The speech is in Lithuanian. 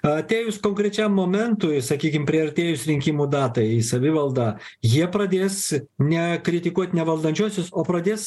atėjus konkrečiam momentui sakykim priartėjus rinkimų datai į savivaldą jie pradės ne kritikuot ne valdančiuosius o pradės